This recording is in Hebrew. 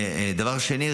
דבר שני,